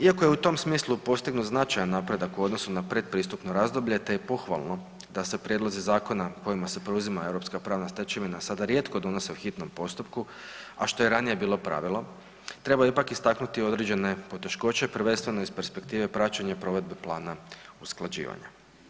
Iako je u tom smislu postignut značajan napredak u odnosu na pretpristupno razdoblje te je pohvalno da se prijedlozi zakona kojima se preuzima europska pravna stečevina sada rijetko donose u hitnom postupku, a što je ranije bilo pravilo, treba ipak istaknuti određene poteškoće prvenstveno iz perspektive praćenje provedbe plana usklađivanja.